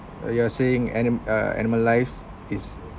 you are saying anim~ uh animal lives is